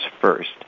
first